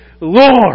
Lord